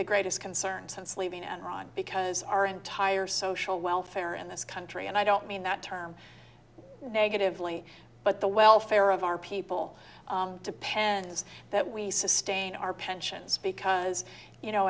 the greatest concern since leaving enron because our entire social welfare in this country and i don't mean that term negatively but the welfare of our people depends that we sustain our pensions because you know